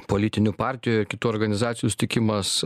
politinių partijų kitų organizacijų sutikimas